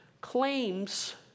claims